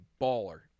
baller